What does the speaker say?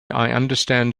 understand